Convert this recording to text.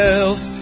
else